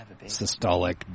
systolic